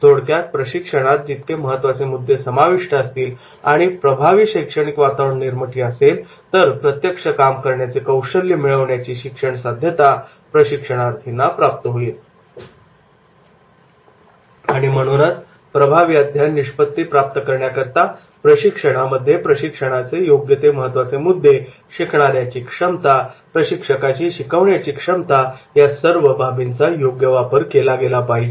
थोडक्यात प्रशिक्षणात जितके महत्त्वाचे मुद्दे समाविष्ट असतील आणि प्रभावी शैक्षणिक वातावरण निर्मिती असेल तर प्रत्यक्ष काम करण्याचे कौशल्य मिळवण्याची शिक्षण साध्यता प्रशिक्षणार्थींना प्राप्त होईल आणि म्हणूनच प्रभावी अध्ययन निष्पत्ती प्राप्त करण्याकरिता प्रशिक्षणामध्ये प्रशिक्षणाचे योग्य ते महत्त्वाचे मुद्दे शिकणाऱ्याची क्षमता प्रशिक्षकाची शिकवण्याची क्षमता या सर्व बाबींचा योग्य वापर केला गेला पाहिजे